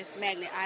Magnet